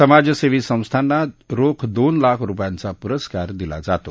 समाजसेवी संस्थांना रोख दोन लाख रुपयांचा पुरस्कार दिला जातो